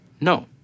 no